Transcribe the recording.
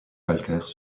calcaires